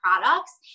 products